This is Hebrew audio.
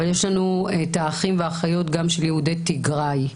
אבל יש לנו את האחים והאחיות גם של יהודי תיגראי.